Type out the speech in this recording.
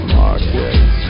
markets